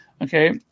Okay